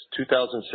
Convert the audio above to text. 2006